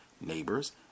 neighbors